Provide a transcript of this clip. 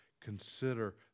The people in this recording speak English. consider